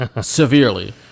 severely